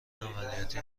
عملیاتی